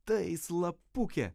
tai slapukė